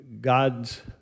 God's